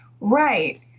Right